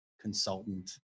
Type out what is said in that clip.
consultant